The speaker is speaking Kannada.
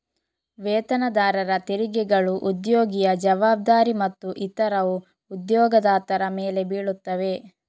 ವೇತನದಾರರ ತೆರಿಗೆಗಳು ಉದ್ಯೋಗಿಯ ಜವಾಬ್ದಾರಿ ಮತ್ತು ಇತರವು ಉದ್ಯೋಗದಾತರ ಮೇಲೆ ಬೀಳುತ್ತವೆ